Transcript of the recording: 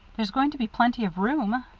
there's going to be plenty of room,